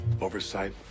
oversight